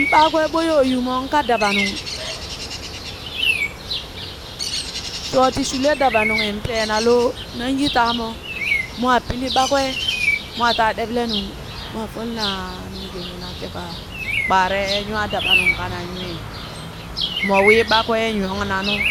Nɓakwe ɓo yoo yumoŋ ka dabanung shooti shulen dabanunghin peenaa loo, nan yi taamo mwaa pili ɓat kwee mwaa taa deblenung mwaa follena nunggeme na teeka kpaare nywaa dabanung kanan nywee mo wii ɓa kwee nyong na nu.